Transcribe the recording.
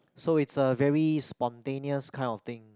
so it's a very spontaneous kind of thing